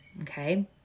Okay